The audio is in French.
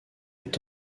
est